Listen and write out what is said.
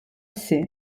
ser